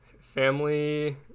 family